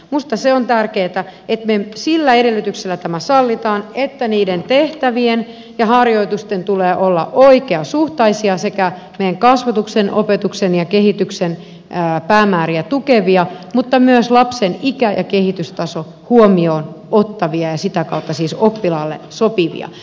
minusta se on tärkeätä että me sillä edellytyksellä tämän sallimme että niiden tehtävien ja harjoitusten tulee olla oikeasuhtaisia sekä meidän kasvatuksen opetuksen ja kehityksen päämääriä tukevia mutta myös lapsen iän ja kehitystason huomioon ottavia ja sitä kautta siis oppilaalle sopivia